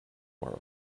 world